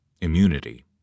immunity